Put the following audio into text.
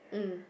mm